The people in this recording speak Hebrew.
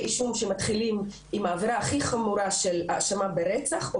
אישום שמתחילים עם העבירה הכי חמורה של האשמה ברצח או